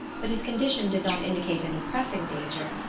but his condition did not indicate any pressing danger,